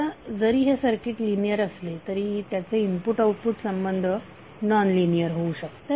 आता जरी हे सर्किट लिनियर असले तरी त्याचे इनपुट आउटपुट संबंध नॉन लिनियर होऊ शकतात